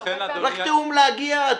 זה לוקח כמה חודשים.